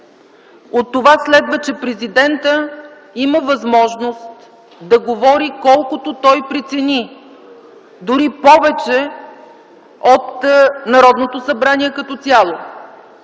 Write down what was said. От това следва, че президентът има възможност да говори колкото той прецени – дори повече от Народното събрание като цяло.